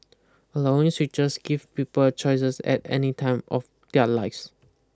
allowing switches give people choices at any time of their lives